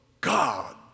God